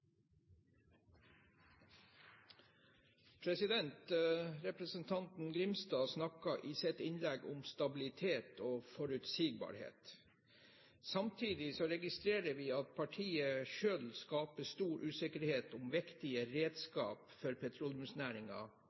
replikkordskifte. Representanten Grimstad snakket i sitt innlegg om stabilitet og forutsigbarhet. Samtidig registrerer vi at partiet selv skaper stor usikkerhet om viktige redskaper for